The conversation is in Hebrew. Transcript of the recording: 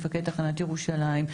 מפקד תחנת ירושלים,